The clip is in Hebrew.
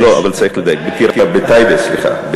בטייבה, סליחה.